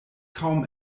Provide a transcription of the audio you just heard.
kaum